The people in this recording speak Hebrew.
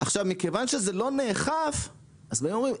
מכיוון שזה לא נאכף אז באים ואומרים,